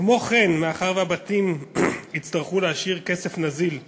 כמו כן, מאחר שהבתים יצטרכו להשאיר כסף נזיל בבנק,